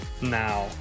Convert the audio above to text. now